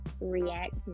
react